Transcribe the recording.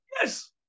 Yes